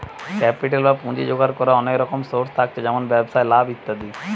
capital বা পুঁজি জোগাড় কোরার অনেক রকম সোর্স থাকছে যেমন ব্যবসায় লাভ ইত্যাদি